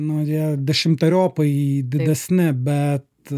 nu jie dešimteriopai didesni bet